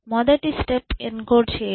మొదటి step encode చెయ్యడం